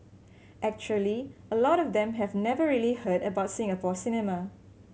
actually a lot of them have never really heard about Singapore cinema